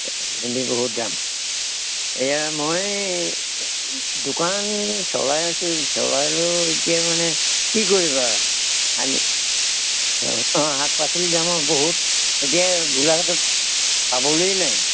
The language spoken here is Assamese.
ভেন্দী বহুত দাম এইয়া মই দোকান নি চলাই আছোঁ চলাই লৈ এতিয়া মানে কি কৰিবা আনি অঁ শাক পাচলি দামো বহুত এতিয়া গোলাঘাটত পাবলেই নাই